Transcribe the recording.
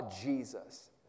Jesus